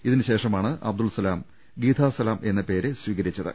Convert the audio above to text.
ഇതിനുശേഷമാണ് അബ്ദുൾസലാം ഗീഥാ സലാം എന്ന പേര് സ്വീകരി ച്ചത്